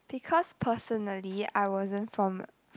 because personally I wasn't from